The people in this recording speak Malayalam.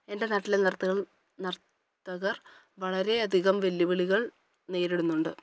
എൻ്റെ നാട്ടിലെ നൃത്തകൾ നര്ത്തകർ വളരെ അധികം വെല്ലുവിളികൾ നേരിടുന്നുണ്ട്